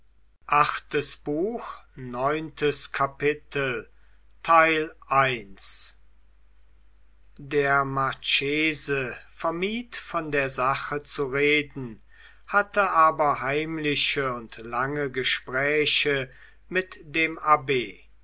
der marchese vermied von der sache zu reden hatte aber heimliche und lange gespräche mit dem abb